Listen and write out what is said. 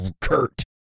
Kurt